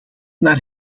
naar